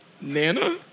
Nana